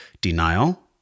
denial